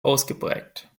ausgeprägt